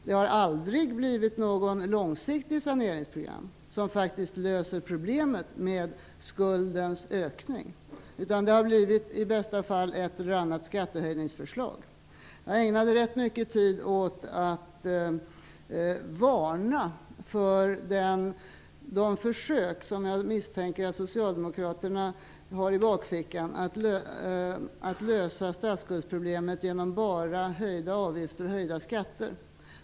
Det har aldrig blivit något långsiktigt saneringsprogram, som löser problemet med skuldens ökning, utan det har i bästa fall blivit ett eller annat skattehöjningsförslag. Jag ägnade rätt mycket tid åt att varna för försöken, som jag misstänker att Socialdemokraterna har i bakfickan, att lösa statsskuldsproblemet genom bara höjda avgifter och höjda skatter.